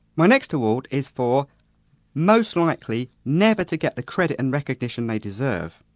my next award is for most likely never to get the credit and recognition they deserve.